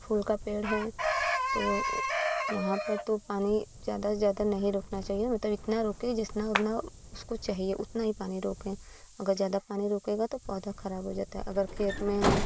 फूल का पेड़ है तो वहाँ पर तो पानी ज्यादा से ज्यादा नहीं रुकना चाहिए मतलब इतना रुके जितना मतलब उसको चाहिए उतनी ही पानी रोकें अगर ज्यादा पानी रुकेगा तो पौधा खराब हो जाता है अगर खेत में